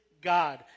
God